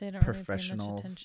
professional